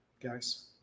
guys